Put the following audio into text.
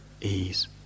ease